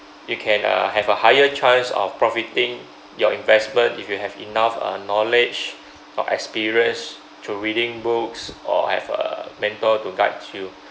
you can uh have a higher chance of profiting your investment if you have enough uh knowledge or experience through reading books or have a mentor to guide you